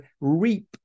reap